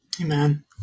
Amen